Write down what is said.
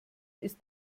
ist